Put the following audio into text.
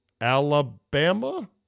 Alabama